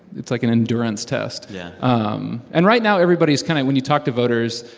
it's like an endurance test yeah um and right now everybody's kind of when you talk to voters,